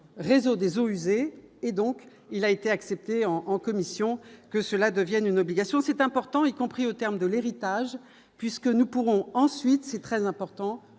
réseau des eaux usées, et donc il a été accepté en commission que cela devienne une obligation, c'est important, y compris au terme de l'héritage puisque nous pourrons ensuite c'est très important,